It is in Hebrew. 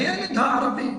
הילד הערבי,